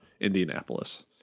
Indianapolis